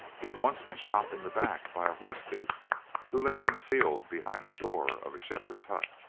he had once been shot in the back by a horse thief who lay concealed behind the door of a shepherd's hut,